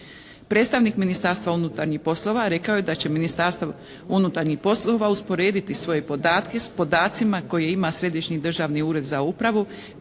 Predstavnik Ministarstva unutarnjih poslova rekao je da će Ministarstvo unutarnjih poslova usporediti svoje podatke sa podacima koje ima Središnji državni ured za upravu